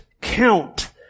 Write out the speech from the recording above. count